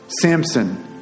Samson